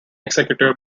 executive